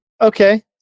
Okay